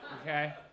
okay